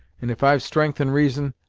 and if i've strength and reason,